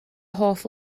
hoff